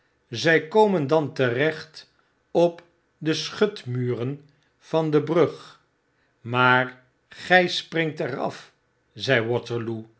zy komen dan terecht op de schutmuren van de brug maar gij springt eraf zei waterloo